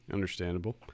Understandable